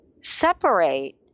separate